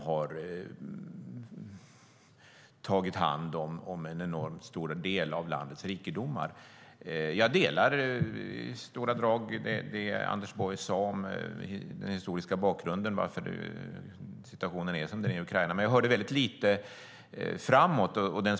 De har tagit hand om en enormt stor del av landets rikedomar. Jag håller i stora drag med Anders Borg om den historiska bakgrunden till situationen i Ukraina. Men jag hörde väldigt lite om framtiden.